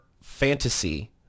fantasy